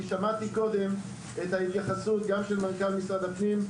כי שמעתי קודם את ההתייחסות גם של מנכ"ל משרד הפנים,